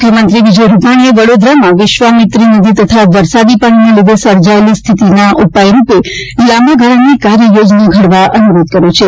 મુખ્યમંત્રી વિજય રૂપાણીએ વડોદરામાં વિશ્વમીત્રી નદી તથા વરસાદી પાણીના લીધે સર્જાયેલી સ્થિતિના ઉપાયરૂપે લાંબા ગાળાની કાર્યયોજના ઘડવા અનુરોધ કર્યો છે